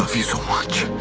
you so much!